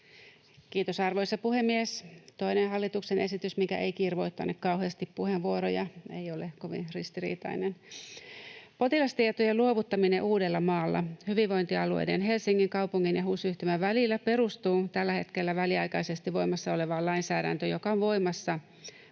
Kiitos, arvoisa puhemies! Toinen hallituksen esitys, mikä ei kirvoittane kauheasti puheenvuoroja, ei ole kovin ristiriitainen. Potilastietojen luovuttaminen Uudellamaalla hyvinvointialueiden, Helsingin kaupungin ja HUS-yhtymän välillä perustuu tällä hetkellä väliaikaisesti voimassa olevaan lainsää-däntöön, joka on voimassa